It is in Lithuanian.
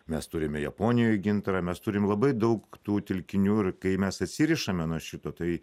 mes turime japonijoj gintarą mes turim labai daug tų telkinių ir kai mes atsirišame nuo šito tai